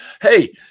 Hey